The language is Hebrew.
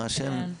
מה השם?